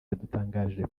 yadutangarije